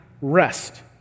rest